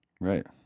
Right